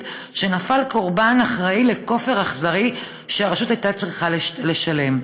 שנפל קורבן לכופר אכזרי שהרשות הייתה צריכה לשלם.